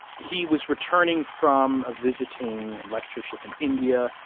he was returning from a visiting and lectureship in india.